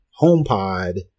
HomePod